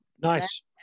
nice